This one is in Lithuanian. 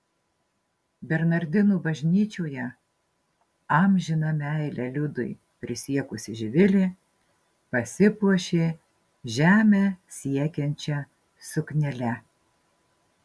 bernardinų bažnyčioje amžiną meilę liudui prisiekusi živilė pasipuošė žemę siekiančia suknele